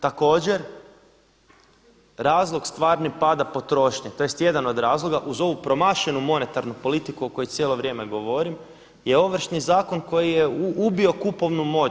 Također razlog stvarni pada potrošnje, tj. jedan od razloga uz ovu promašenu monetarnu politiku o kojoj cijelo vrijeme govorim je Ovršni zakon koji je ubio kupovnu moć.